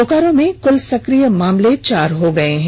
बोकारो में कुल सक्रिय मामले चार हो गए हैं